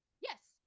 yes